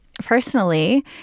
personally